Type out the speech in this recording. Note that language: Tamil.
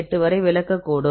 8 வரை விளக்கக்கூடும்